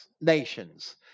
nations